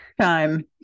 time